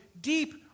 deep